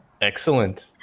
Excellent